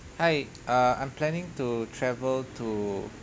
hi uh I'm planning to travel to